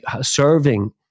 serving